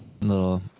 little